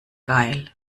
geil